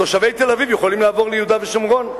תושבי תל-אביב יכולים לעבור ליהודה ושומרון.